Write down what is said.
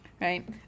right